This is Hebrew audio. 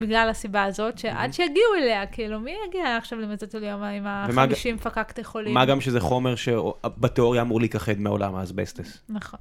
בגלל הסיבה הזאת, שעד שיגיעו אליה, כאילו מי יגיע עכשיו ל... ליומיים עם החמישים פקקת חולים? מה גם שזה חומר שבתיאוריה אמור לקחת מעולם האסבסטס. נכון.